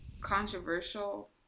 controversial